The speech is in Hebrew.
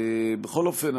בכל אופן,